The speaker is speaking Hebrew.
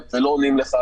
ולא עונים לך,